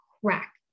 crack